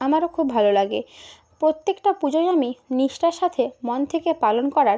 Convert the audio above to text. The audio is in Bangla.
আমারও খুব ভালো লাগে প্রত্যেকটা পুজোই আমি নিষ্ঠার সাথে মন থেকে পালন করার